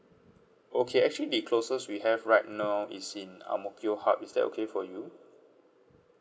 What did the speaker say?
okay actually closest we have right now is in ang mo kio hub is that okay for you